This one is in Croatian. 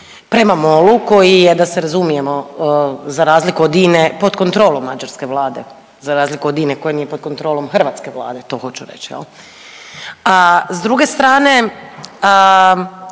prema MOL-u koji je da se razumijemo za razliku od INE pod kontrolom mađarske vlade, za razliku od INE koja nije pod kontrolom hrvatske Vlade to hoću reći jel. S druge strane